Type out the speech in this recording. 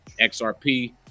xrp